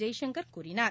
ஜெய்சங்கர் கூறினார்